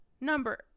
Number